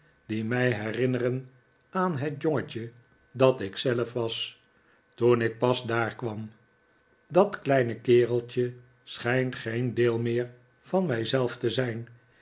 die mij herinneren aan net jongetje dat ik zelf was toen ik pas daar kwam dat kleine kereltje schijnt geen deel meer van mijzelf te zijn